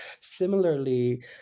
Similarly